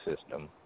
system